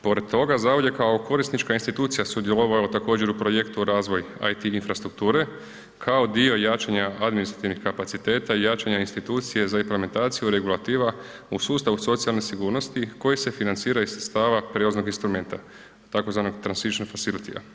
Pored toga, zavod je kao korisnička institucija sudjelovala također u projektu Razvoj IT infrastrukture kao dio jačanja administrativnih kapaciteta i jačanja institucije za implementaciju regulativa u sustavu socijalne sigurnosti koji se financiraju iz sredstava prevoznog instrumenta tzv. transit facility-a.